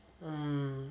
mm